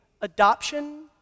adoption